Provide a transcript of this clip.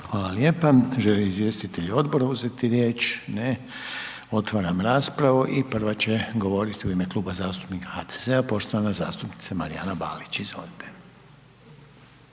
Hvala lijepa. Želi li izvjestitelji odbora uzeti riječ? Ne. Otvaram raspravu i prva će govorit u ime Kluba zastupnika HDZ-a poštovana zastupnica Marijana Balić, izvolite.